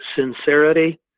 sincerity